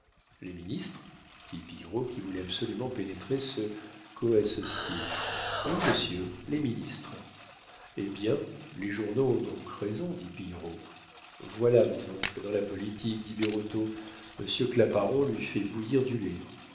les ministres dit pillerault qui voulait absolument pénétrer ce coassocié oui monsieur les ministres eh bien les journaux ont donc raison dit pillerault voilà mon oncle dans la politique dit birotteau monsieur claparon lui fait bouillir du lait